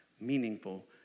meaningful